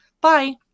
Bye